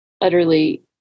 utterly